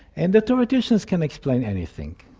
and the theoreticians can explain anything.